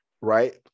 Right